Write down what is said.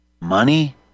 money